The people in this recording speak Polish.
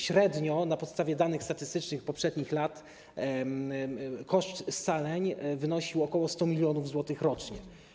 Średnio, na podstawie danych statystycznych z poprzednich lat, koszt scaleń wynosił ok. 100 mln zł rocznie.